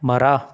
ಮರ